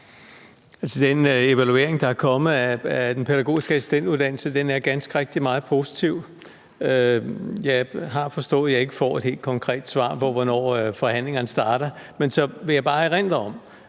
Den evaluering, der er kommet, af den pædagogiske assistentuddannelse er ganske rigtig meget positiv. Jeg har forstået, at jeg ikke får et helt konkret svar på, hvornår forhandlingerne starter, men så vil jeg bare sige, at når jeg